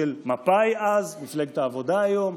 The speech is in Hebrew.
של מפא"י אז, מפלגת העבודה היום.